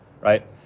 right